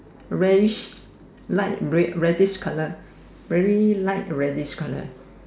reddish like red reddish colour very light reddish colour